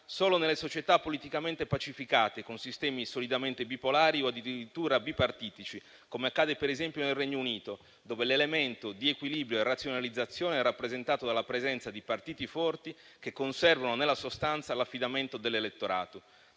solo nelle società politicamente pacificate, con sistemi solidamente bipolari o addirittura bipartitici, come accade per esempio nel Regno Unito, dove l'elemento di equilibrio e razionalizzazione è rappresentato dalla presenza di partiti forti che conservano nella sostanza l'affidamento dell'elettorato.